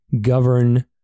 govern